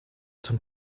zum